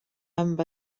amb